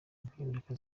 impinduka